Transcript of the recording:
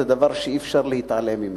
זה דבר שאי-אפשר להתעלם ממנו.